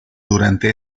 durante